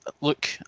Look